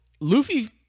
Luffy